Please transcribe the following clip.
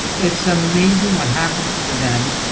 it's amazing what happens to them,